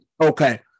Okay